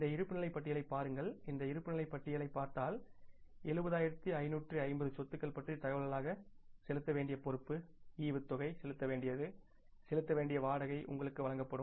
இந்த இருப்புநிலைப் பட்டியலைப் பாருங்கள் இந்த இருப்புநிலைப் பட்டியலைப் பார்த்தால் 70550 சொத்துக்கள் பற்றிய தகவல்களான செலுத்த வேண்டிய பொறுப்பு டிவிடெண்ட் செலுத்த வேண்டியது செலுத்த வேண்டிய வாடகை உங்களுக்கு வழங்கப்படும்